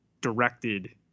directed